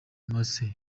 marcel